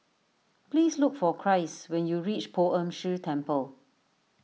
please look for Christ when you reach Poh Ern Shih Temple